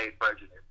president